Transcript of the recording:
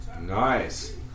Nice